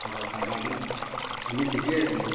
তাৰপৰা কাবাডীত আমি ঠিকেই আছিলোঁ